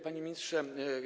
Panie Ministrze!